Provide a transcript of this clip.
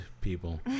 people